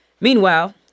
Meanwhile